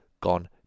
gone